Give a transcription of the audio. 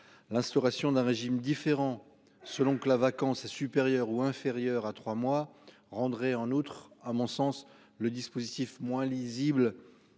l'instauration d'un régime différent selon que la vacance supérieur ou inférieur à 3 mois rendrait en outre à mon sens le dispositif moins lisible